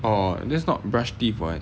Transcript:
oh that's not brush teeth [what]